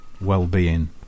well-being